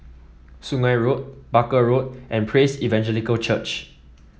Sungei Road Barker Road and Praise Evangelical Church